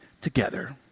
together